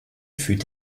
fut